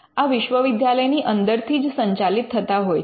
આ વિશ્વવિદ્યાલયની અંદરથી જ સંચાલિત થતા હોય છે